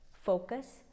focus